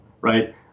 right